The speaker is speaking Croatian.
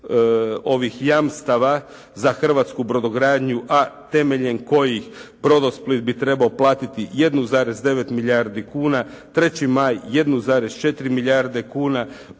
ovih jamstava za hrvatsku brodogradnju, a temeljem kojih "Brodosplit" bi trebao platiti 1,9 milijardi kuna, "Treći maj" 1,4 milijarde kuna,